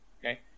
Okay